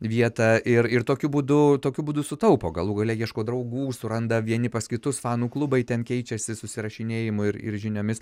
vietą ir ir tokiu būdu tokiu būdu sutaupo galų gale ieško draugų suranda vieni pas kitus fanų klubai ten keičiasi susirašinėjim ir ir žiniomis